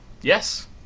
Yes